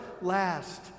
last